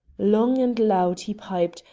long and loud he piped,